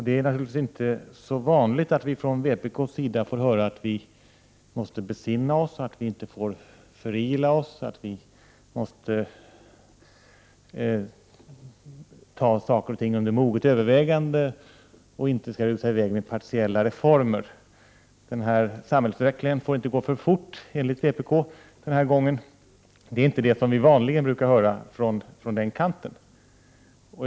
Det är naturligtvis inte så vanligt att vi från vpk:s sida får höra att vi måste besinna oss, att vi inte får förila oss, att vi måste ta saker och ting under moget övervägande, att vi inte skall rusa i väg med partiella reformer, osv. Samhällsutvecklingen får, enligt 79 vpk, inte gå för fort — den här gången. Det är inte det som vi vanligen hör från den kanten.